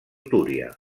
túria